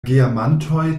geamantoj